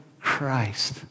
Christ